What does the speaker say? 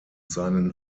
seinen